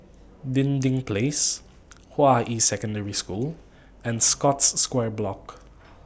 Dinding Place Hua Yi Secondary School and Scotts Square Block